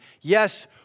Yes